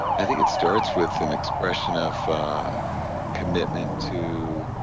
i think it starts with an expression of commitment to